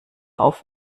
auf